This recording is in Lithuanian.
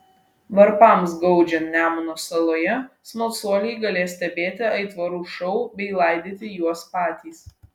varpams gaudžiant nemuno saloje smalsuoliai galės stebėti aitvarų šou bei laidyti juos patys